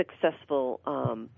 successful